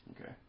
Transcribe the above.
Okay